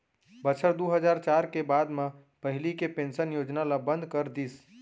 बछर दू हजार चार के बाद म पहिली के पेंसन योजना ल बंद कर दिस